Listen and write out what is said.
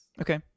Okay